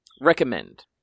Recommend